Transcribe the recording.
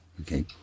okay